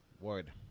Word